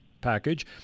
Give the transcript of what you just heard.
package